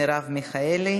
מרב מיכאלי,